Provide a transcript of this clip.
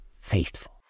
faithful